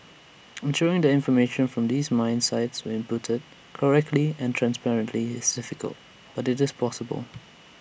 ensuring that information from these mine sites were inputted correctly and transparently is difficult but IT is possible